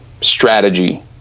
strategy